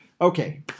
Okay